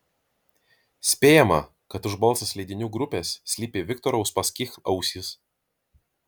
spėjama kad už balsas leidinių grupės slypi viktoro uspaskich ausys